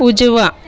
उजवा